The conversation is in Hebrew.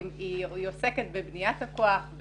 היא עוסקת בבניית הכוח,